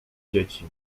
dzieci